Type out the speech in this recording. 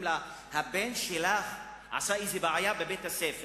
לה: הבן שלך עשה איזו בעיה בבית-הספר,